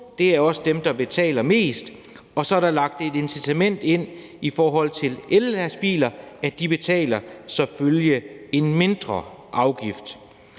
CO2, også er dem, der betaler mest, og så er der lagt det incitament ind i forhold til ellastbiler, så de selvfølgelig betaler en mindre afgift.